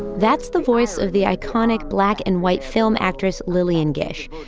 that's the voice of the iconic black and white film actress lillian gish.